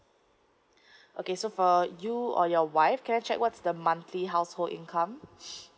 okay so for you or your wife can I check what's the monthly household income